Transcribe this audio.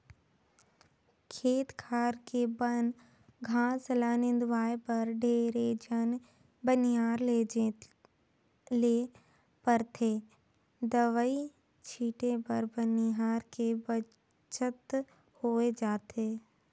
खेत खार के बन घास ल निंदवाय बर ढेरे झन बनिहार लेजे ले परथे दवई छीटे बर बनिहार के बचत होय जाथे